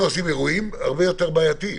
והאירועים האלה הרבה יותר בעייתיים.